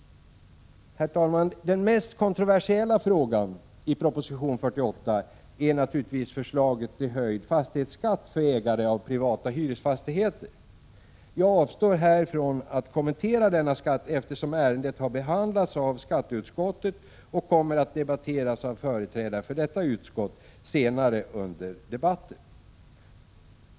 Den mest kontroversiella frågan i proposition 48 är naturligtvis förslaget till höjd fastighetsskatt för ägare av privata hyresfastigheter. Jag avstår från att här kommentera denna skatt, eftersom ärendet har behandlats av skatteutskottet och kommer att debatteras av företrädare för detta utskott senare i dag.